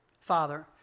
Father